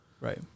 Right